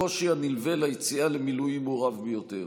הקושי הנלווה ליציאה למילואים הוא רב ביותר.